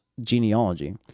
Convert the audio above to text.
genealogy